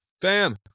Bam